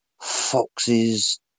foxes